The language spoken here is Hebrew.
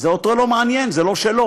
אותו זה לא מעניין, זה לא שלו.